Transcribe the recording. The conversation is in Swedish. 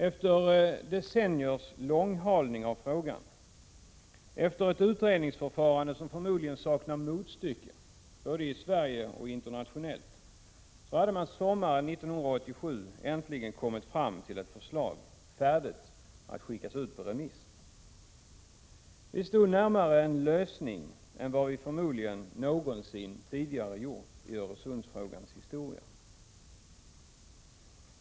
Efter decenniers långhalning av frågan, efter ett utredningsförfarande som förmodligen saknar motstycke både i Sverige och internationellt, hade man sommaren 1987 äntligen kommit fram till ett förslag färdigt att skickas ut på remiss. Vi stod närmare en lösning än vi förmodligen någonsin tidigare gjort i Öresundsfrågans historia.